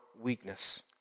weakness